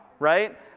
right